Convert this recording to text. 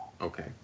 Okay